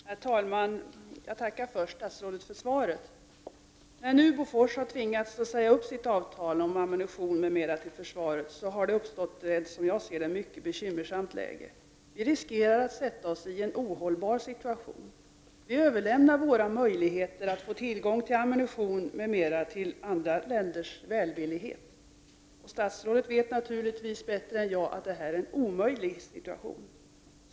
Herr talman! Jag vill först tacka statsrådet för svaret. När Bofors nu har tvingats säga upp sitt avtal om ammunition m.m. till försvaret har det uppstått ett, som jag ser det, mycket bekymmersamt läge. Vi riskerar att försätta oss i en ohållbar situation. Vi överlämnar våra möjligheter att få tillgång till ammunition m.m. till andra länders välvillighet. Statsrådet vet naturligtvis bättre än jag att detta är en omöjlig situation.